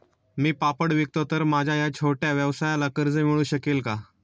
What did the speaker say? मी पापड विकतो तर माझ्या या छोट्या व्यवसायाला कर्ज मिळू शकेल का?